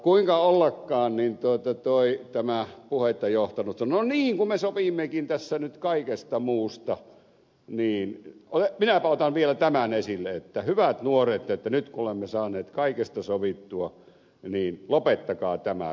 kuinka ollakaan niin tämä puhetta johtanut sanoi että no niin kun me sovimmekin tässä nyt kaikesta muusta niin minäpä otan vielä tämän esille hyvät nuoret että nyt kun olemme saaneet kaikesta sovittua niin lopettakaa tämä ralli